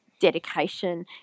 dedication